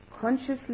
consciously